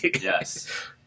Yes